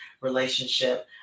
relationship